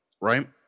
right